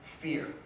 fear